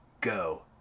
Go